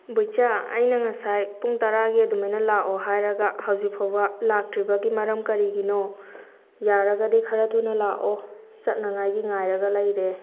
ꯕꯤꯔꯆꯥ ꯑꯩꯅ ꯉꯁꯥꯏ ꯄꯨꯡ ꯇꯔꯥꯒꯤ ꯑꯗꯨꯃꯥꯏꯅ ꯂꯥꯛꯎ ꯍꯥꯏꯔꯒ ꯍꯧꯖꯤꯛ ꯐꯥꯎꯕ ꯂꯥꯛꯇ꯭ꯔꯤꯕꯒꯤ ꯃꯔꯝ ꯀꯔꯤꯒꯤꯅꯣ ꯌꯥꯔꯒꯗꯤ ꯈꯔ ꯊꯨꯅ ꯂꯥꯛꯑꯣ ꯆꯠꯅꯉꯥꯏꯒꯤ ꯉꯥꯏꯔꯒ ꯂꯩꯔꯦ